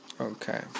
Okay